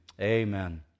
Amen